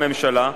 לממשלה,